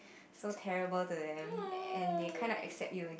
so terrible to them and they kind of accept you again